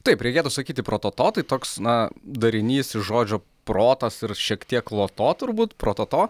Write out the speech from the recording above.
taip reikėtų sakyti prototo tai toks na darinys iš žodžio protas ir šiek tiek loto turbūt prototo